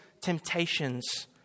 temptations